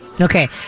Okay